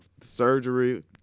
surgery